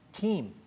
team